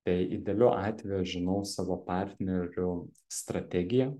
tai idealiu atveju aš žinau savo partnerių strategiją